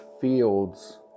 fields